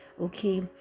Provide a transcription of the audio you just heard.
okay